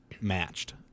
matched